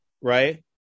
right